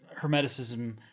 Hermeticism